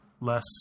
less